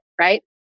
right